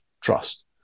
trust